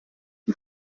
die